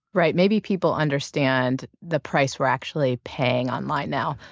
right, maybe people understand the price we're actually paying online now.